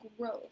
growth